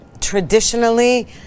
Traditionally